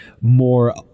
more